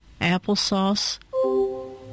applesauce